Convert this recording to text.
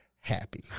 happy